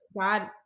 God